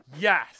Yes